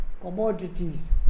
commodities